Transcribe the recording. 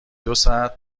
دوساعت